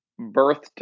birthed